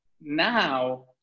now